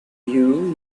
you